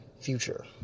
future